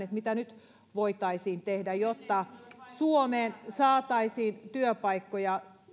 mitä voitaisiin tehdä nyt jotta suomeen saataisiin työpaikkoja